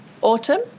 autumn